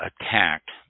attacked